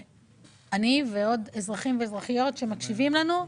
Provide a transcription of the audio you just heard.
כמו עוד אזרחים שמקשיבים לנו,